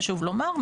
חשוב לומר,